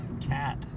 Cat